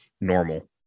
normal